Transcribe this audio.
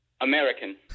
American